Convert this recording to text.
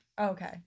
okay